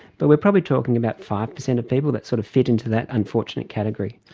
but we're probably talking about five percent of people that sort of fit into that unfortunate category.